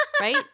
right